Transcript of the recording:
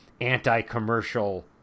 anti-commercial